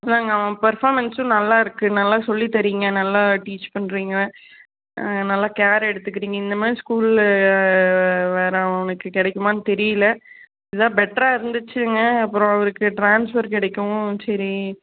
அதுதாங்க அவன் ஃபெர்பாமன்ஸும் நல்லா இருக்குது நல்லா சொல்லித்தறீங்க நல்லா டீச் பண்ணுறீங்க நல்லா கேர் எடுத்துக்கிறீங்க இந்த மாதிரி ஸ்கூலு வேறு அவனுக்கு கிடைக்குமான்னு தெரியலை இதுதான் பெட்ராக இருந்துச்சுங்க அப்புறம் அவருக்கு ட்ரான்ஸ்ஃபர் கிடைக்கவும் சரி